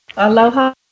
Aloha